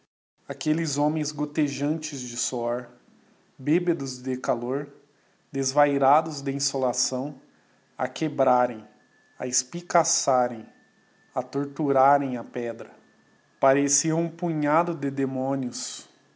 aquelles homens gottejantes de suor bêbedos de calor desvairados de insolação a quebrarem a espicaçarem a torturarem a pedra pareciam um punhado de demónios